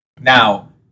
Now